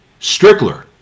Strickler